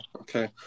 okay